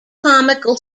comical